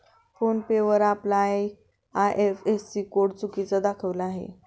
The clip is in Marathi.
फोन पे वर आपला आय.एफ.एस.सी कोड चुकीचा दाखविला आहे